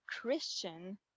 Christian